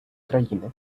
країни